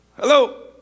Hello